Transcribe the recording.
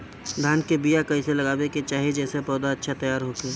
धान के बीया कइसे लगावे के चाही जेसे पौधा अच्छा तैयार होखे?